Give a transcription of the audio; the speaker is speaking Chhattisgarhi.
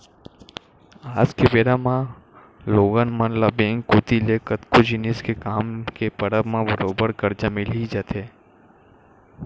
आज के बेरा म लोगन मन ल बेंक कोती ले कतको जिनिस के काम के परब म बरोबर करजा मिल ही जाथे